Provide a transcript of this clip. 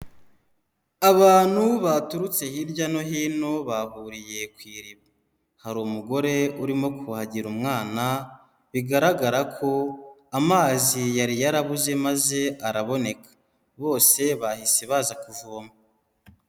Abantu baturutse hirya no hino bahuriye ku iriba. Hari umugore urimo kuhagira umwana, bigaragara ko amazi yari yarabuze maze araboneka, bose bahise baza kuvoma.